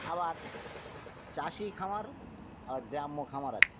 আবার চাষি খামার আবার গ্রাম্য খামার আছে